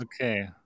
Okay